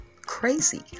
crazy